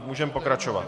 Můžeme pokračovat.